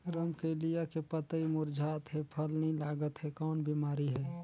रमकलिया के पतई मुरझात हे फल नी लागत हे कौन बिमारी हे?